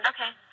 Okay